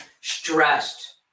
stressed